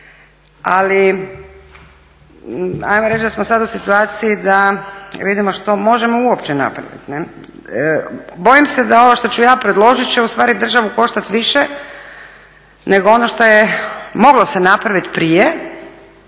Ali ajmo reći da smo sada u situaciji da vidimo što možemo uopće napraviti. Bojim se da ovo što ću ja predložiti će ustvari državu koštati više nego ono što se moglo napraviti prije